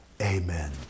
amen